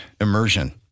Immersion